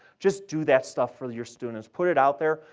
just do that stuff for your students. put it out there.